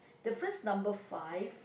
difference number five